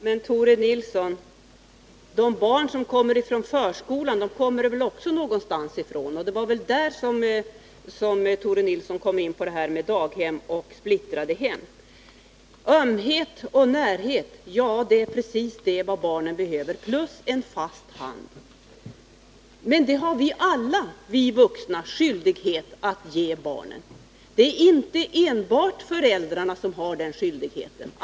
Herr talman! Men, Tore Nilsson, de oroliga barnen i förskolan kommer ju också någonstans ifrån. Det var väl bakgrunden till att Tore Nilsson kom in på detta med daghem och splittrade hem. Ömhet och närhet talar Tore Nilsson om, och det är precis vad barnen behöver, plus en fast hand. Men det har alla vi vuxna skyldighet att ge dem. Det är inte enbart föräldrarna som har den skyldigheten.